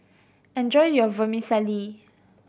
enjoy your Vermicelli